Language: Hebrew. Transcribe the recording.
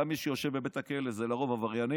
מי שיושבים בבית הכלא הם לרוב עבריינים,